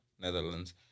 Netherlands